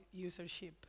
usership